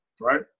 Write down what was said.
right